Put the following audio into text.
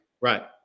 Right